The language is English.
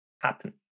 happen